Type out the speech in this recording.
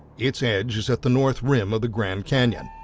its edge is at the north rim of the grand canyon.